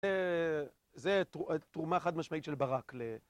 זה תרומה חד משמעית של ברק ל...